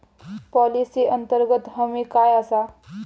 Policy अंतर्गत हमी काय आसा?